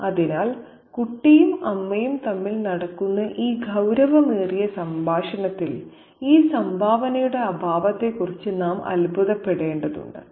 അതിനാൽ കുട്ടിയും അമ്മയും തമ്മിൽ നടക്കുന്ന ഈ ഗൌരവമേറിയ സംഭാഷണത്തിൽ ഈ സംഭാവനയുടെ അഭാവത്തെക്കുറിച്ച് നാം അത്ഭുതപ്പെടേണ്ടതുണ്ട്